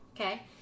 Okay